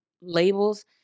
labels